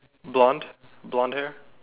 blonde blonde hair